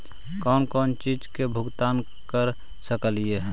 कौन कौन चिज के भुगतान कर सकली हे?